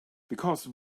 because